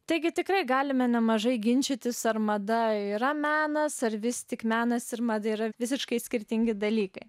taigi tikrai galime nemažai ginčytis ar mada yra menas ar vis tik menas ir mada yra visiškai skirtingi dalykai